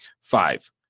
five